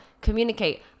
communicate